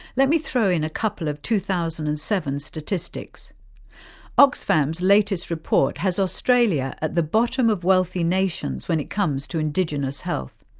let me throw in a couple of two thousand and seven statistics oxfam's latest report has australia at the bottom of wealthy nations when it comes to indigenous health.